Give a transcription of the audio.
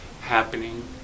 happening